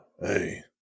Hey